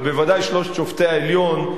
אבל בוודאי שלושת שופטי העליון,